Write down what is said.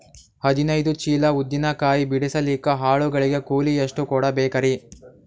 ಹದಿನೈದು ಚೀಲ ಉದ್ದಿನ ಕಾಯಿ ಬಿಡಸಲಿಕ ಆಳು ಗಳಿಗೆ ಕೂಲಿ ಎಷ್ಟು ಕೂಡಬೆಕರೀ?